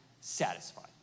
satisfied